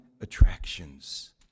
attractions